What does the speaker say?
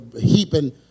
heaping